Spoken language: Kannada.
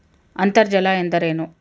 ಅಂತರ್ಜಲ ಎಂದರೇನು?